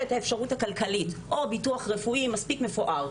לה את האפשרות הכלכלית או ביטוח רפואי מספיק מפואר,